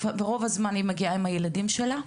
ורוב הזמן היא מגיעה לשם עם הילדים שלה.